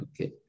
Okay